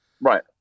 Right